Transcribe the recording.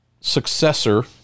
successor